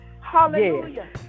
Hallelujah